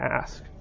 ask